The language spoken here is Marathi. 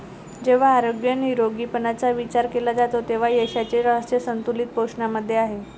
जेव्हा आरोग्य निरोगीपणाचा विचार केला जातो तेव्हा यशाचे रहस्य संतुलित पोषणामध्ये आहे